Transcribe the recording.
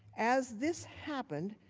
as, this happened,